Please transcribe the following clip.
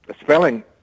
spelling